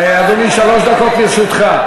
אדוני, שלוש דקות לרשותך.